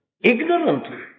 Ignorantly